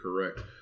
correct